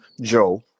Joe